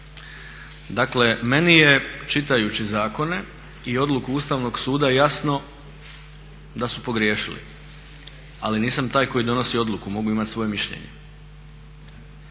Dakle, meni je čitajući zakone i odluku Ustavnog suda jasno da su pogriješili ali nisam taj koji donosi odluku, mogu imati svoje mišljenje.